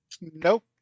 Nope